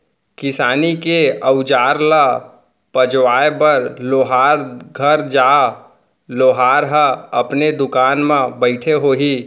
किसानी के अउजार ल पजवाए बर लोहार घर जा, लोहार ह अपने दुकान म बइठे होही